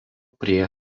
prie